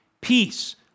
peace